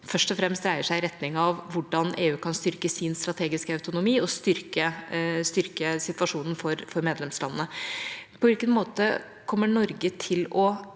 først og fremst dreier seg i retning av hvordan EU kan styrke sin strategiske økonomi og styrke situasjonen for medlemslandene. På hvilken måte kommer Norge til å